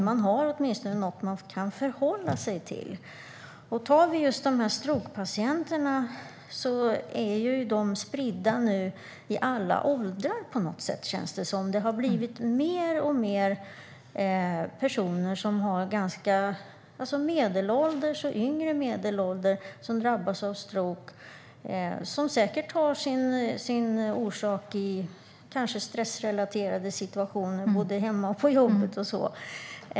Man har åtminstone något som man kan förhålla sig till. Tar vi just strokepatienterna är de nu på något sätt spridda i alla åldrar känns det som. Det har blivit alltmer medelålders personer och personer i yngre medelåldern som drabbas av stroke. Det har säkert sin orsak i stressrelaterade situationer både hemma och på jobbet.